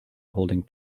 holding